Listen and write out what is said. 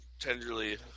tenderly